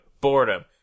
boredom